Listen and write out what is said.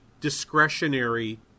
discretionary